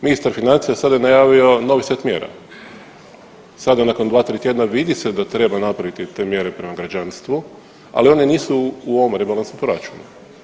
Ministar financija sada je najavio novi set mjera, sada nakon dva, tri tjedna vidi se da treba napraviti te mjere prema građanstvu, ali one nisu u ovom rebalansu proračuna.